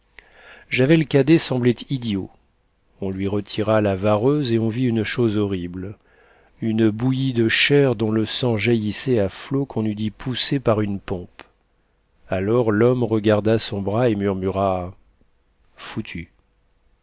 javel cadet semblait idiot on lui retira la vareuse et on vit une chose horrible une bouillie de chairs dont le sang jaillissait à flots qu'on eût dit poussés par une pompe alors l'homme regarda son bras et murmura foutu